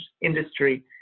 industry